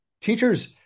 Teachers